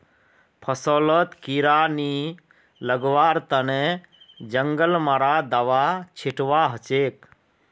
फसलत कीड़ा नी लगवार तने जंगल मारा दाबा छिटवा हछेक